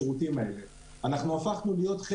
להם את השירות אלא אנחנו גם מצילים חיים,